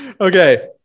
Okay